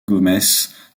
gomes